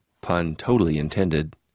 pun-totally-intended